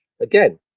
again